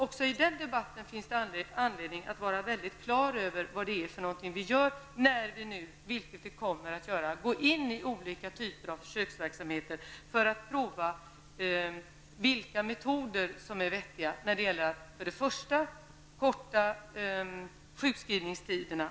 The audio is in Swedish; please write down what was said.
Även i den debatten finns det anledning att vara mycket klar över vad vi gör när vi nu kommer att gå in i olika typer av försöksverksamheter för att prova vilka metoder som är vettiga bl.a. för att korta sjukskrivningstiderna.